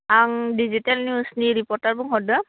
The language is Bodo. आं डिजिटेल निउसनि रिपर्टार बुंहरदो